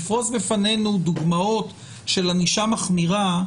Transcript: לפרוס בפנינו דוגמאות של ענישה מחמירה,